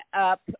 up